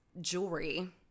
jewelry